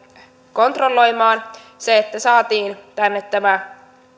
kontrolloimaan se että saatiin tänne tämä